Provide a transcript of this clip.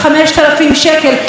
והפעם היא מתה.